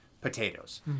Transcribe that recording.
potatoes